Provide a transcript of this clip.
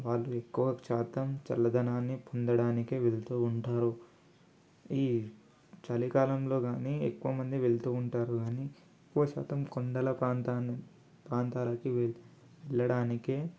వాళ్ళు ఎక్కువశాతం చల్లదనాన్ని పొందడానికీ వెళ్తూ ఉంటారు ఈ చలికాలంలో కానీ ఎక్కువమంది వెళ్తూ ఉంటారు కానీ ఎక్కువశాతం కొండల ప్రాంతాని ప్రాంతాలకి వె వెళ్ళడానికే